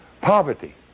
poverty